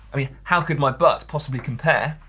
i mean how could my butt possibly compare,